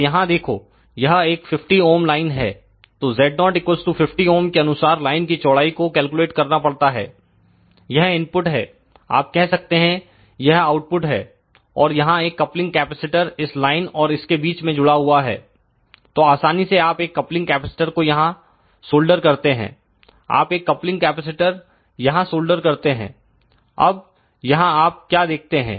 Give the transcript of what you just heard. तो यहां देखो यह एक 50 ओम लाइन है तो Z0 50 ओम के अनुसार लाइन की चौड़ाई को कैलकुलेट करना पड़ता है यह इनपुट है आप कह सकते हैं यह आउटपुट है और यहां एक कपलिंग कैपेसिटर इस लाइन और इसके बीच में जुड़ा हुआ है तो आसानी से आप एक कपलिंग कैपेसिटर को यहां सोल्डर करते हैं आप एक कपलिंग कैपेसिटर यहां सोल्डर करते हैं अब यहां आप क्या देखते हैं